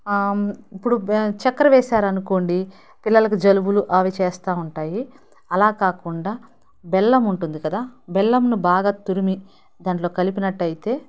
ఇప్పుడు చక్కర వేసారనుకోండి పిల్లలకు జలుబులు అవి చేస్తా ఉంటాయి అలా కాకుండా బెల్లం ఉంటుంది కదా బెల్లంని బాగా తురిమి దాంట్లో కలిపినట్టయితే